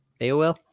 AOL